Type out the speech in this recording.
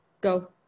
go